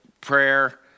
prayer